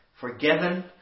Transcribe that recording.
forgiven